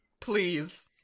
Please